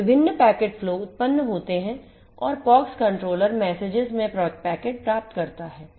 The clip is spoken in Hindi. तो विभिन्न पैकेट फ्लो उत्पन्न होते हैं और पॉक्स कंट्रोलर मेसेजेस में पैकेट प्राप्त करता है